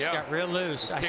yeah real loose.